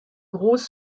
groß